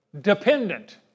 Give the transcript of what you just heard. Dependent